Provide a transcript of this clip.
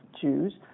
Jews